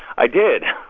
i did.